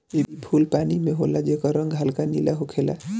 इ फूल पानी में होला जेकर रंग हल्का नीला होखेला